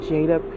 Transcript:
Jada